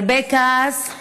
הרבה כעס על